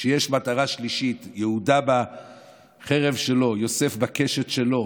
כשיש מטרה שלישית, ויהודה בחרב שלו ויוסף בקשת שלו